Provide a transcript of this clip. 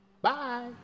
Bye